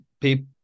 people